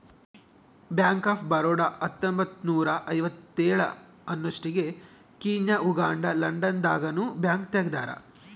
bank of Baroda ಹತ್ತೊಂಬತ್ತ್ನೂರ ಐವತ್ತೇಳ ಅನ್ನೊಸ್ಟಿಗೆ ಕೀನ್ಯಾ ಉಗಾಂಡ ಲಂಡನ್ ದಾಗ ನು ಬ್ಯಾಂಕ್ ತೆಗ್ದಾರ